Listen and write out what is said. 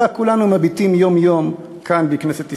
כולנו מביטים יום-יום כאן בכנסת ישראל,